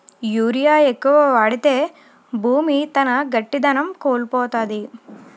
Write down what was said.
urea ఎక్కువ వాడితే భూమి తన గట్టిదనం కోల్పోతాది